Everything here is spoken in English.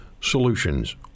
solutions